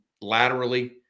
laterally